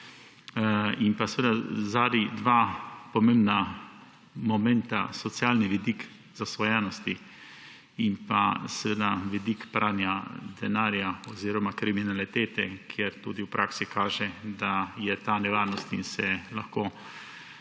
In zadaj dva pomembna momenta, socialni vidik zasvojenosti in vidik pranja denarja oziroma kriminalitete. Tudi v praksi se kaže, da je ta nevarnost in se lahko